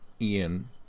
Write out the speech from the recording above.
Ian